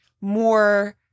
more